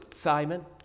Simon